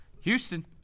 Houston